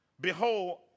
behold